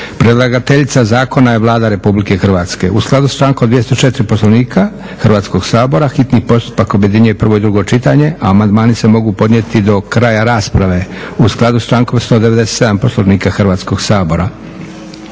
Predlagateljica zakona je Vlada Republike Hrvatske. U skladu s člankom 204. Poslovnika Hrvatskog sabora hitni postupak objedinjuje prvo i drugo čitanje. Amandmani se mogu podnijeti do kraja rasprave u skladu s člankom 197. Poslovnika Hrvatskog sabora.